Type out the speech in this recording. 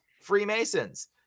Freemasons